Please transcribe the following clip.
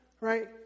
right